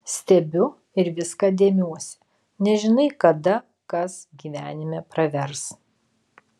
stebiu ir viską dėmiuosi nežinai kada kas gyvenime pravers